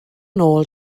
nôl